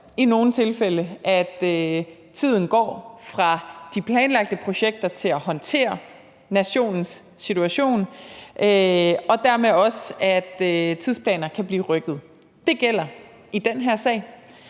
i nogle tilfælde, at tiden går fra de planlagte projekter til at håndtere nationens situation, og dermed kan også tidsplaner blive rykket. Det gælder desværre i